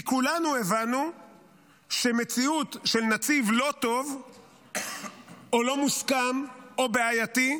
כי כולנו הבנו שמציאות של נציב לא טוב או לא מוסכם או בעייתי,